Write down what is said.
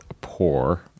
poor